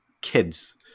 kids